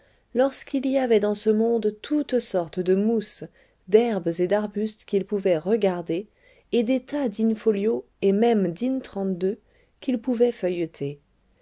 lorsqu'il y avait dans ce monde toutes sortes de mousses d'herbes et d'arbustes qu'ils pouvaient regarder et des tas din folio et même din trente deux qu'ils pouvaient feuilleter